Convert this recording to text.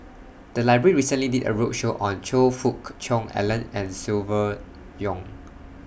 The Library recently did A roadshow on Choe Fook Cheong Alan and Silvia Yong